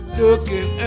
looking